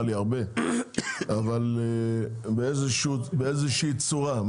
לי הרבה אבל לעשות את זה באיזושהי צורה.